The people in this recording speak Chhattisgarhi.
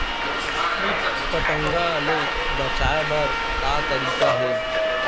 कीट पंतगा ले बचाय बर का तरीका हे?